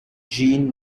jeanne